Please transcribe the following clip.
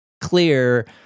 clear